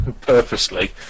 purposely